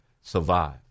survive